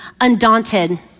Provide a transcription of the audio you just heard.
Undaunted